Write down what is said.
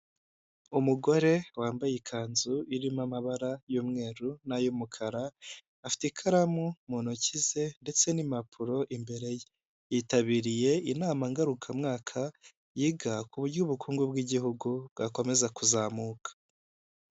Umugore wambaye ikanzu irimo amabara y'umweru n'ay'umukara, afite ikaramu mu ntoki ze ndetse n'impapuro imbere ye. Yitabiriye inama ngaruka mwaka yiga ku buryo ubukungu bw'igihugu bwakomeza kuzamuka.